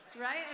Right